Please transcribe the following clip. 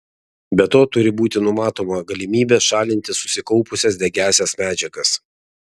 be to turi būti numatoma galimybė šalinti susikaupusias degiąsias medžiagas